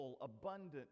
abundant